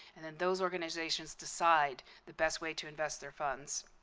and then those organizations decide the best way to invest their funds.